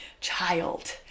child